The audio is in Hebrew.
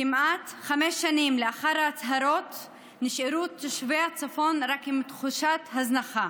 כמעט חמש שנים לאחר ההצהרות נשארו תושבי הצפון רק עם תחושת הזנחה.